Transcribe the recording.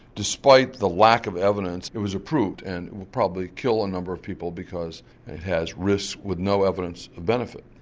despite the lack of evidence it was approved and probably kill a number of people because it has risk with no evidence of benefit.